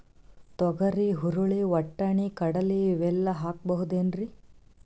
ತೊಗರಿ, ಹುರಳಿ, ವಟ್ಟಣಿ, ಕಡಲಿ ಇವೆಲ್ಲಾ ಹಾಕಬಹುದೇನ್ರಿ?